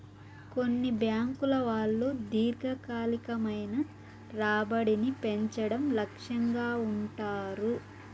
కొన్ని బ్యాంకుల వాళ్ళు దీర్ఘకాలికమైన రాబడిని పెంచడం లక్ష్యంగా ఉంటారు